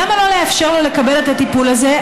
למה לא לאפשר לו לקבל את הטיפול הזה?